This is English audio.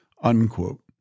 unquote